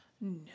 No